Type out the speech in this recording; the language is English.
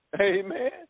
Amen